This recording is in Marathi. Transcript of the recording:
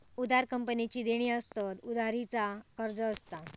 उधार कंपनीची देणी असतत, उधारी चा कर्ज असता